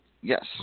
yes